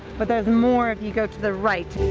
but there's more if you go to the right.